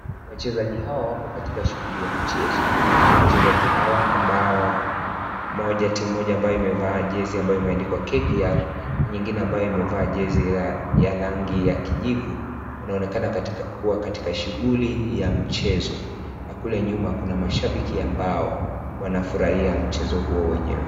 Wachezaji hawa wako katika shughuli ya mchezo, wachezaji hawa ambao timu moja ambao imevaa jezi ambayo imeandikwa KPR na nyingine ambayo imevaa jezi ya rangi ya kijivu wanaonekana kuwa katika shughuli ya mchezo na kule nyuma kuna mashabiki ambao wanafurahia mchezo huo wenyewe.